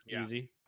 Easy